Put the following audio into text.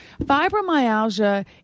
Fibromyalgia